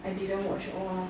I didn't watch all lah